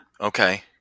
Okay